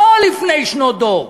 לא לפני שנות דור,